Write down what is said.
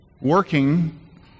working